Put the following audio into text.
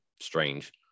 Strange